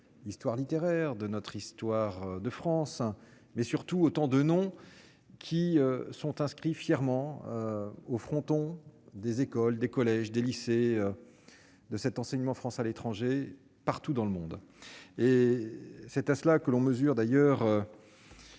histoire littéraire de notre histoire de France, mais surtout autant de noms qui sont inscrits fièrement au fronton des écoles, des collèges, des lycées de cet enseignement français à l'étranger, partout dans le monde, c'est à cela que l'on mesure d'ailleurs